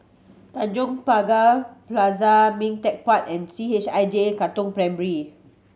Tanjong Pagar Plaza Ming Teck Park and C H I J Katong Primary